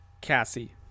Cassie